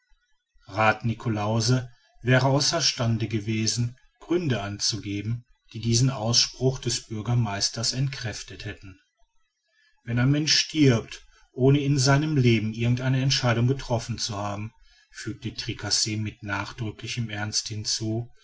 rath niklausse wäre außer stande gewesen gründe anzugeben die diesen ausspruch des bürgermeisters entkräftet hätten wenn ein mensch stirbt ohne in seinem leben irgend eine entscheidung getroffen zu haben fügte tricasse mit nachdrücklichem ernst hinzu